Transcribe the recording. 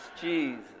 Jesus